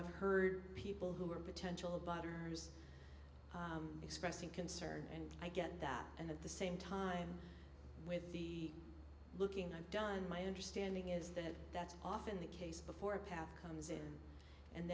i've heard people who are potential abiders expressing concern and i get that and at the same time with the looking i've done my understanding is that that's often the case before a path comes in and